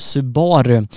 Subaru